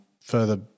further